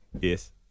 Yes